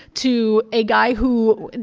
to a guy who,